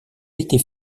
était